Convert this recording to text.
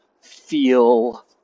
feel